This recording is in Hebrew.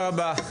תודה רבה,